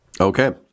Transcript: okay